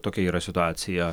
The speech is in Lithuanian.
tokia yra situacija